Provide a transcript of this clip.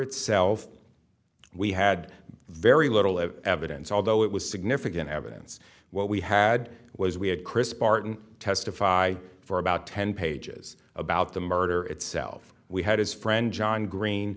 itself we had very little evidence although it was significant evidence what we had was we had chris barton testify for about ten pages about the murder itself we had his friend john green